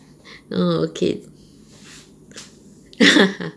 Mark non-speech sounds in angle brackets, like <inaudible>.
okay <laughs>